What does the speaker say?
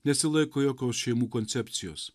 nesilaiko jokios šeimų koncepcijos